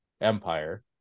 Empire